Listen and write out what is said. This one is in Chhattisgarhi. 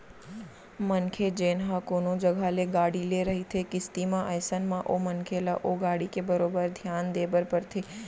मनखे जेन ह कोनो जघा ले गाड़ी ले रहिथे किस्ती म अइसन म ओ मनखे ल ओ गाड़ी के बरोबर धियान देय बर परथे